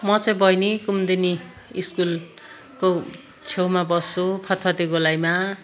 म चाहिँ बहिनी कुमदिनी स्कुलको छेउमा बस्छु फत्फते गोलाइमा